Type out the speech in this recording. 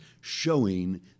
showing